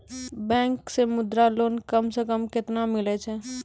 Bank से Mudra loan कम सऽ कम कतैय मिलैय छै?